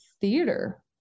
theater